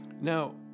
Now